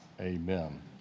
Amen